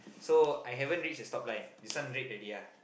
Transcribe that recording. so I haven't reach the stop line this one red already ya